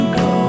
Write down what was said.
go